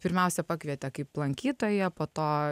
pirmiausia pakvietė kaip lankytoją po to